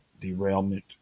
derailment